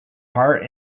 part